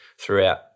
throughout